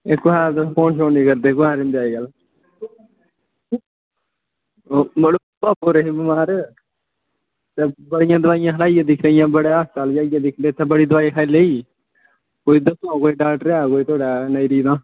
एह् अज्जकल तुस फोन निं करदे कुत्थें होंदे अज्जकल मड़ो भापा होर हे बमार ते बड़ियां दोआइयां खलाइयै दिक्खी लेइयां बड़े अस्ताल जाइयै दिक्खी ले ते दोआई खाई लेई कोई दस्सो कोई डॉक्टर ऐ थुआढ़ी नज़री तां